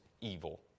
evil